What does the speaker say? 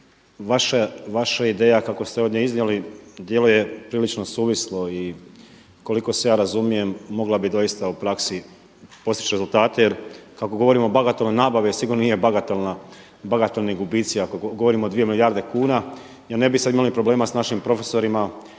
vaša ideja kako ste ovdje iznijeli djeluje prilično suvislo i koliko se ja razumijem mogla bi doista u praksi postići rezultate. Jer kako govorimo o bagatelnoj nabavi, a sigurno nije bagatelna, bagatelni gubici ako govorimo o 2 milijarde kuna. Jer ne bi sad imali problema sa našim profesorima,